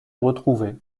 retrouvés